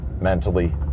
mentally